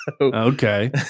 Okay